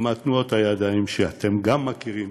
עם תנועות הידיים שאתם גם מכירים,